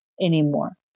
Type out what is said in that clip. anymore